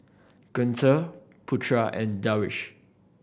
Guntur Putra and Darwish